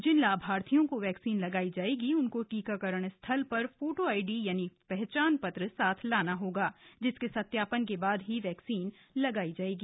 जिन लाभार्थियों को वैक्सीन लगाई जाएगी उनको टीकाकरण स्थल पर फोटो आईडी यानी पहचान पत्र साथ लाना होगा जिसके सत्यापन के बाद ही वैक्सीन लगाई जाएगी